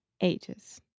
ages